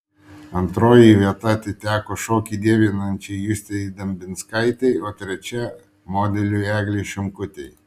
antroji vieta atiteko šokį dievinančiai justei dambinskaitei o trečia modeliui eglei šimkutei